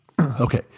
Okay